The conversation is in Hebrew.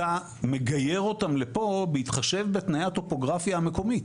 אתה מגייר אותם לפה בהתחשב בתנאי הטופוגרפיה המקומית.